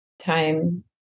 time